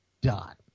dot